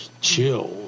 chill